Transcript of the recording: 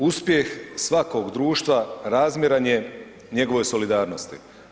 Uspjeh svakog društva razmjeran je njegovoj solidarnosti.